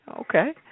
Okay